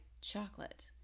chocolate